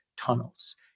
tunnels